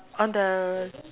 on the